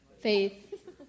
faith